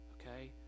Okay